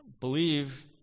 believe